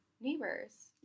neighbors